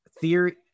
theory